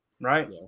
right